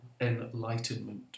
enlightenment